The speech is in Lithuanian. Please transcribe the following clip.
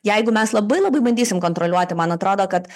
jeigu mes labai labai bandysim kontroliuoti man atrodo kad